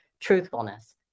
Truthfulness